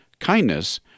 kindness